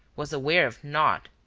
was aware of nought.